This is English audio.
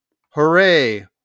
hooray